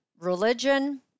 religion